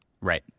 Right